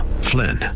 Flynn